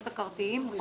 מה המצב היום?